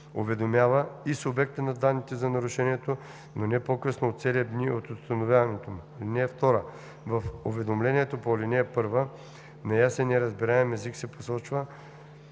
уведомява и субекта на данните за нарушението не по-късно от 7 дни от установяването му. (2) В уведомлението по ал. 1, на ясен и разбираем език, се посочва